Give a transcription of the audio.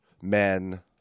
men